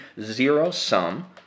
zero-sum